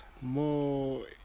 more